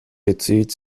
bezieht